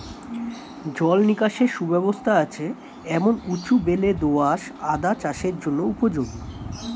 জল নিকাশের সুব্যবস্থা আছে এমন উঁচু বেলে দোআঁশ আদা চাষের জন্য উপযোগী